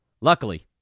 Luckily